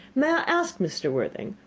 may i ask, mr. worthing,